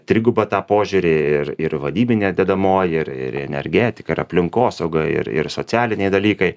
trigubą tą požiūrį ir ir vadybinė dedamoji ir ir energetika ir aplinkosauga ir ir socialiniai dalykai